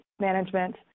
management